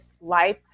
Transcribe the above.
life